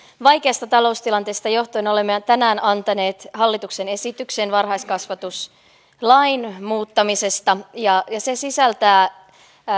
vaikeasta taloustilanteesta johtuen olemme tänään antaneet hallituksen esityksen varhaiskasvatuslain muuttamisesta ja se sisältää